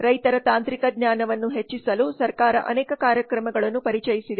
ರೈತರ ತಾಂತ್ರಿಕ ಜ್ಞಾನವನ್ನು ಹೆಚ್ಚಿಸಲು ಸರ್ಕಾರ ಅನೇಕ ಕಾರ್ಯಕ್ರಮಗಳನ್ನು ಪರಿಚಯಿಸಿದೆ